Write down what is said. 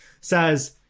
says